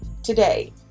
Today